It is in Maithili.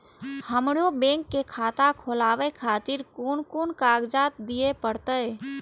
हमरो बैंक के खाता खोलाबे खातिर कोन कोन कागजात दीये परतें?